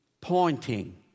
pointing